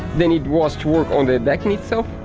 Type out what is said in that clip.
then it was to work on the decking itself.